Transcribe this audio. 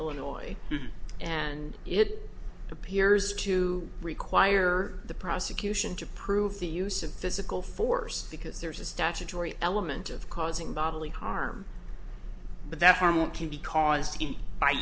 illinois and it appears to require the prosecution to prove the use of physical force because there's a statutory element of causing bodily harm but that harm can be caused